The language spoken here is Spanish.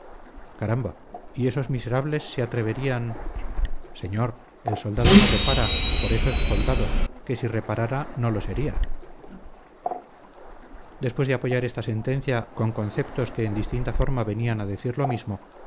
caramba y esos miserables se atreverían señor el soldado no repara por eso es soldado que si reparara no lo sería después de apoyar esta sentencia con conceptos que en distinta forma venían a decir lo mismo